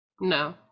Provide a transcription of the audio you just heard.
no